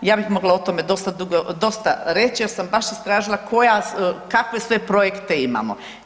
Ja bih mogla o tome dosta dugo, dosta reći jer sam baš istražila kakve sve projekte imamo.